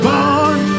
Born